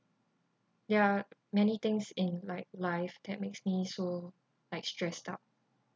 there are many things in my like life that makes me so like stressed out